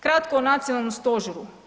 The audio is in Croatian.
Kratko o nacionalnom stožeru.